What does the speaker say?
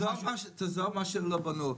תעזוב את מה שלא בנו,